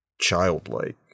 childlike